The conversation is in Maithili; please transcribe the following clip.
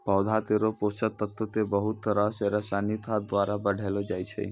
पौधा केरो पोषक तत्व क बहुत तरह सें रासायनिक खाद द्वारा बढ़ैलो जाय छै